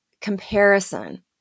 comparison